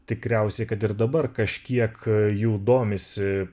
tikriausiai kad ir dabar kažkiek jų domisi